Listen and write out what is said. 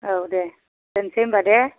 औ दे दोनसै होमब्ला दे